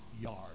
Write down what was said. yard